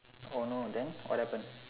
oh no then what happen